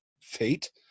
fate